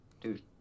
Dude